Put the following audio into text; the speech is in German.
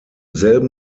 selben